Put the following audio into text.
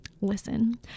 listen